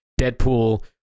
deadpool